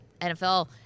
NFL